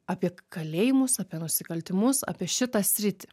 apie kalėjimus apie nusikaltimus apie šitą sritį